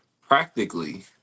practically